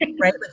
right